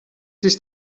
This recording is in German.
ist